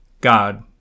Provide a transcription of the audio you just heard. God